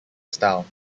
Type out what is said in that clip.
style